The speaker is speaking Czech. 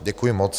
Děkuji moc.